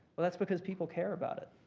well, that's because people care about it,